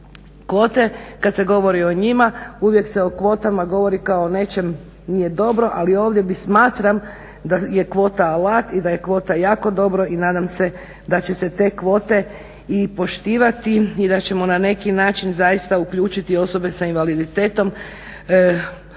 kvote. Kad se govori o njima uvijek se o kvotama govori kao o nečemu nije dobro, ali ovdje bi smatram da je kvota alat i da je kvota jako dobra i nadam se da će se te kvote i poštivati i da ćemo na neki način zaista uključiti osobe s invaliditetom u